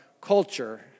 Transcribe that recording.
culture